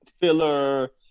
filler